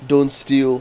don't steal